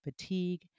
fatigue